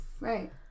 right